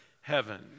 heaven